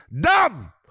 Dumb